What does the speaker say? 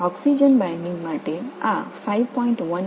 oxygen பிணைப்புக்கு இது 5